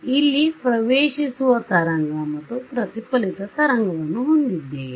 ಇಲ್ಲಿ ಪ್ರವೇಷಿಸುವ ತರಂಗಮತ್ತು ಪ್ರತಿಫಲಿತ ತರಂಗವನ್ನು ಹೊಂದಿದ್ದೇನೆ